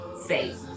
safe